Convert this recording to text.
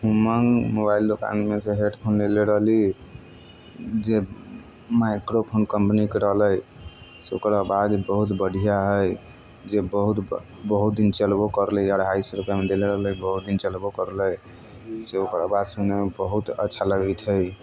उमङ्ग मोबाइल दोकानमेसँ हेडफोन लेले रहली जे माइक्रोफोन कम्पनीके रहलै से ओकर आवाज बहुत बढ़िआँ हइ जे बहुत बहुत दिन चलबो करलै अढ़ाइ सओ रुपैआमे देले रहलै बहुत दिन चलबो करलै से ओकर आवाज सुनैमे बहुत अच्छा लगैत हइ